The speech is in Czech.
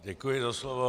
Děkuji za slovo.